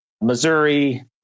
Missouri